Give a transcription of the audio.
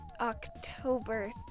October